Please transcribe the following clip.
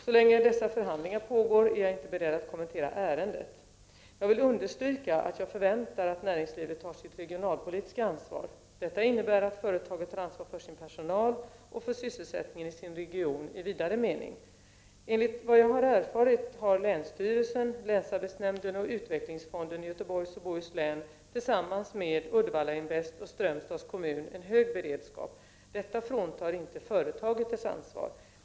Så länge dessa förhandlingar pågår är jag inte beredd att kommentera ärendet. Jag vill understryka att jag förväntar mig att näringslivet tar sitt regionalpolitiska ansvar. Detta innebär att företaget tar ansvar för sin personal och för sysselsättningen i sin region i vidare mening. Enligt vad jag har erfarit har länsstyrelsen, länsarbetsnämnden och utvecklingsfonden i Göteborgs och Bohus län tillsammans med Uddevalla Invest och Strömstads kommun en hög beredskap. Detta fråntar inte företaget dess ansvar.